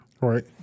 Right